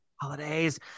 holidays